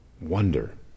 Wonder